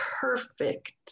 perfect